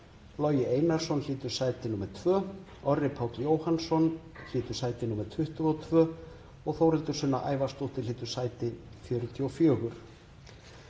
Logi Einarsson hlýtur sæti 2, Orri Páll Jóhannsson hlýtur sæti 22 og Þórhildur Sunna Ævarsdóttir hlýtur sæti 44.